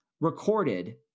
recorded